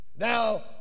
Now